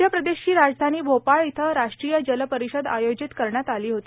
मध्य प्रदेशची राजधानी भोपाळ इथं राष्ट्रीय जल परिषद आयोजित करण्यात आली होती